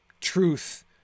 truth